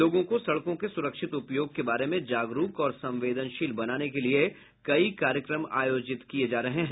लोगों को सड़कों के सुरक्षित उपयोग के बारे में जागरूक और संवेदनशील बनाने के लिए कई कार्यक्रम आयोजित किए जा रहे हैं